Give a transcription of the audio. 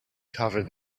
covered